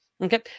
Okay